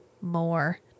more